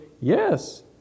yes